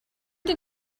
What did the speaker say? did